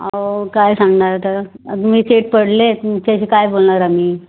अहो काय सांगणार आता तुम्ही शेठ पडले तुमच्याशी काय बोलणार आम्ही